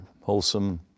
Wholesome